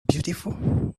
beautiful